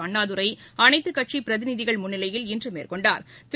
அண்ணாதுரை அனைத்துக்கட்சி பிரதிநிதிகள் முன்னிலையில் இன்று மேற்கொண்டாா்